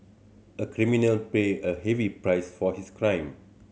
a criminal paid a heavy price for his crime